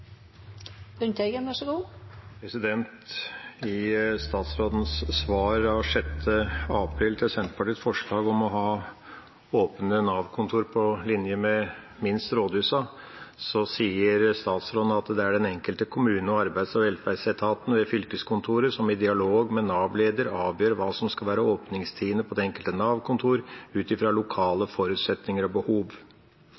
I statsrådens svar av 6. april til Senterpartiets forslag om å ha åpne Nav-kontor minst på linje med rådhusene, sier statsråden at det er den enkelte kommune og arbeids- og velferdsetaten ved fylkeskontoret som i dialog med Nav-leder avgjør hva som skal være åpningstidene på det enkelte Nav-kontor ut